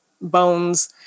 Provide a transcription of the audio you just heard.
bones